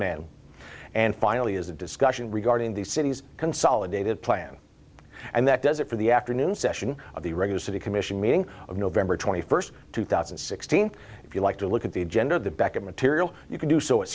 man and finally is a discussion regarding the city's consolidated plan and that does it for the afternoon session of the regular city commission meeting of november twenty first two thousand and sixteen if you like to look at the agenda of the back of material you can do so it's